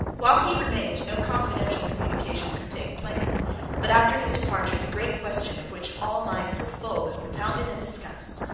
while he remained, no confidential communication could take place but, after his departure, the great question of which all minds were full was propounded and discussed.